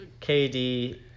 KD